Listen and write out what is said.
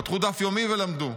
פתחו דף יומי ולמדו.